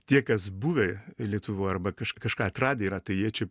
tie kas buvę lietuvoj arba kaž kažką atradę yra tai jie čia